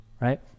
right